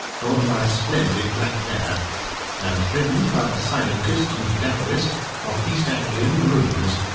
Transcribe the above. drawn by a splendid black mare and driven by the silentest and dapperest of east anglian grooms.